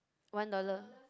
one dollar